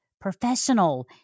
professional